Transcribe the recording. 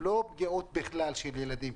ולא פגיעות בכלל של ילדים.